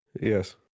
Yes